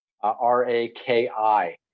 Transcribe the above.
R-A-K-I